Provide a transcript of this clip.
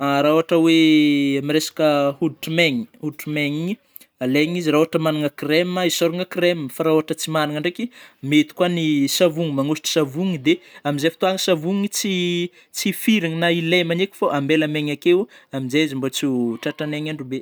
Rah ôhatra oe am resaka hôditro maigny - hôditro maigny igny, alaigny izy rah ôhatra managna crème hisôragna crème fa rah ôhatra tsy managna ndraiky, mety koa ny savogny, magnôsotro savogny de amzay ftoagna savogny tsy tsy firagna na ilemagna eky fô ambela maigny akeo amnjay izy mbô tso tratragny haignandro be.